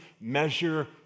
measure